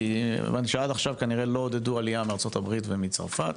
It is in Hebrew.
כי הבנתי שעד עכשיו כנראה לא עודדו עלייה מארצות הברית ומצרפת,